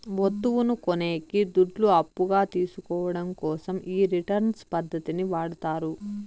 వత్తువును కొనేకి దుడ్లు అప్పుగా తీసుకోవడం కోసం ఈ రిటర్న్స్ పద్ధతిని వాడతారు